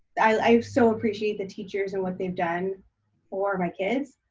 i so appreciate the teachers and what they've done for my kids,